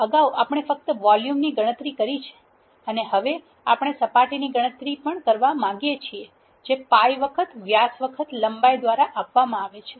અગાઉ આપણે ફક્ત વોલ્યુમની ગણતરી કરી છે અને હવે આપણે સપાટીની ગણતરી પણ કરવા માંગીએ છીએ જે π વખત વ્યાસ વખત લંબાઈ દ્વારા આપવામાં આવે છે